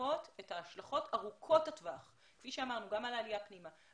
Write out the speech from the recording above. לזהות את ההשלכות ארוכות הטווח גם על העלייה פנימה,